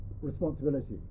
responsibility